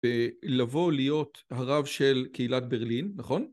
ולבוא להיות הרב של קהילת ברלין, נכון?